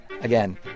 Again